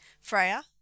Freya